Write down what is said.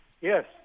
Yes